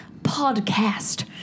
podcast